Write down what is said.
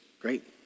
great